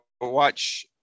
watch